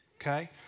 okay